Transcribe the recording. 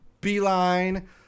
beeline